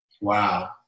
Wow